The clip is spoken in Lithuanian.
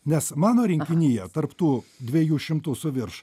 nes mano rinkinyje tarp tų dviejų šimtų su virš